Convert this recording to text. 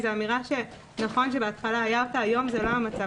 נכון שבהתחלה כך היה אך היום זה לא המצב.